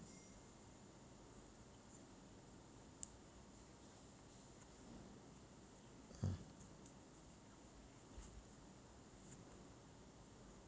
mm